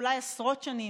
אולי עשרות שנים,